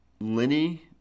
Lenny